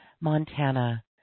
Montana